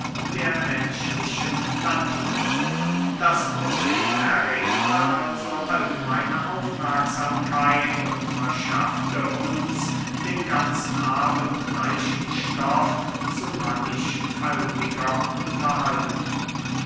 der menschlichen natur das problem erregte also allgemeine aufmerksamkeit und verschaffte uns den ganzen abend reichen stoff zu mannigfaltiger unterhaltung